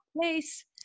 place